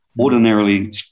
ordinarily